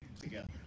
together